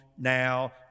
Now